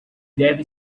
deve